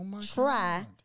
try